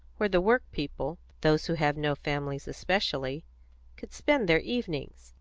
where the work-people those who have no families especially could spend their evenings.